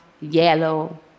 yellow